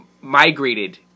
migrated